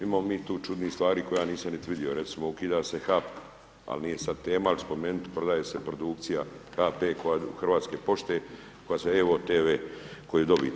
Imamo mi tu čudnih stvari koje ja nisam nit vidio, recimo ukida se …/nerazumljivo/… al nije sad tema, al spomenut ću prodaje se produkcija HT Hrvatske pošte koja se evo tv, koju dobit.